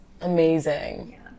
Amazing